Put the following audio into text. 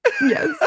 Yes